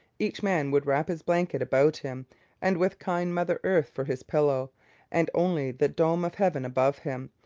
each man would wrap his blanket about him and with kind mother earth for his pillow and only the dome of heaven above him,